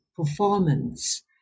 performance